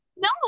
No